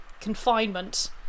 confinement